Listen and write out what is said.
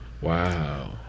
Wow